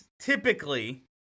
typically